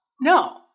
no